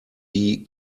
die